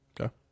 Okay